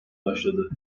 başladı